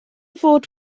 fod